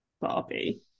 Barbie